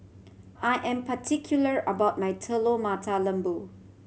I am particular about my Telur Mata Lembu